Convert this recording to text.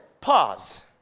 pause